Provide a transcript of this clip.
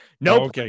Nope